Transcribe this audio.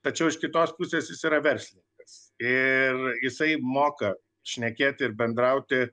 tačiau iš kitos pusės jis yra verslininkas ir jisai moka šnekėti ir bendrauti